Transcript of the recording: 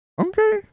Okay